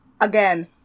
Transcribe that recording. Again